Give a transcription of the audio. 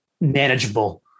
manageable